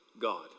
God